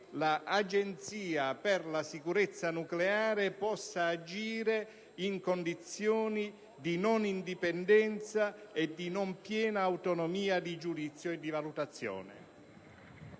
l'Agenzia per la sicurezza nucleare possa agire in condizioni di non indipendenza e di non piena autonomia di giudizio e di valutazione.